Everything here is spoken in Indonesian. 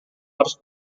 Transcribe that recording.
harus